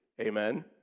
Amen